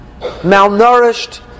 malnourished